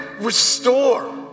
restore